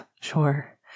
Sure